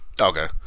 Okay